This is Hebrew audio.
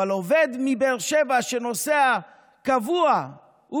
אבל עובד מבאר שבע שנוסע בקביעות עם